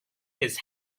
his